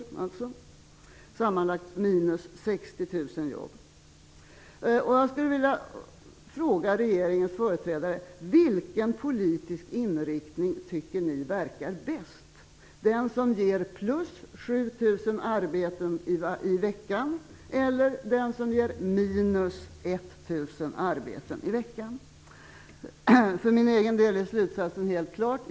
Det blir sammanlagt minus 60 000 jobb. Jag vill fråga regeringens företrädare: Vilken politisk inriktning tycker ni verkar bäst - den som ger plus 7 000 arbeten i veckan, eller den som ger minus 1 000 arbeten i veckan? För min egen del är slutsatsen helt klar.